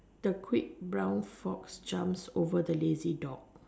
the quick brown fox jumps over the lazy dog